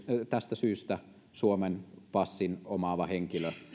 tästä syystä suomen passin omaava henkilö